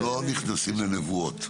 אנחנו לא נכנסים לנבואות.